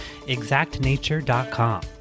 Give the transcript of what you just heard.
Exactnature.com